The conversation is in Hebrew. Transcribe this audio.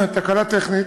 תקלה טכנית.